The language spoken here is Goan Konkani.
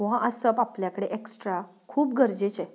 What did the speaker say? हो आसप आपल्या कडेन एक्स्ट्रा खूब गरजेचें